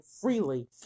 freely